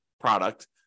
product